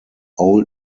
old